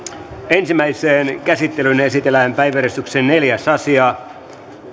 ensimmäiseen käsittelyyn esitellään päiväjärjestyksen neljäs asia